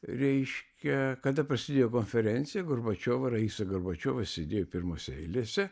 reiškia kada prasidėjo konferencija gorbačiova raisa gorbačiova sėdėjo pirmose eilėse